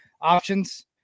options